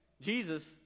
Jesus